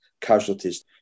casualties